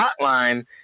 hotline